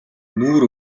нүүр